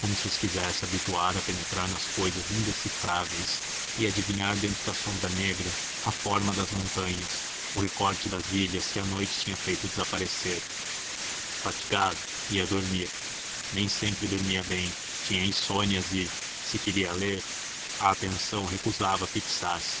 se os quisesse habituar a penetrar nas cousas indecifráveis e adivinhar dentro da sombra negra a forma das montanhas o recorte das ilhas que a noite tinha feito desaparecer fatigado ia dormir nem sempre dormia bem tinha insônia e se queria ler a atenção recusava fixar se